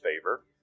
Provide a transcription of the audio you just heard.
favor